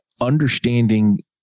understanding